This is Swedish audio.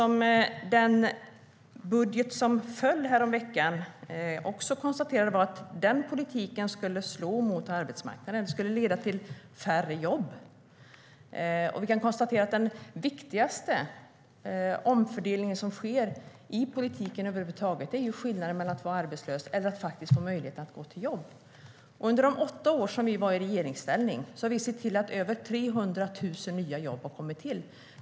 Med den budget som föll häromveckan skulle politiken ha slagit mot arbetsmarknaden och lett till färre jobb. Den viktigaste omfördelning som sker i politiken över huvud taget gäller skillnaden mellan att vara arbetslös och att ha möjlighet att gå till jobb. Under de åtta år som vi var i regeringsställning såg vi till att över 300 000 nya jobb kom till.